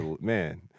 man